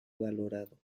valorado